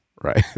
Right